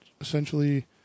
essentially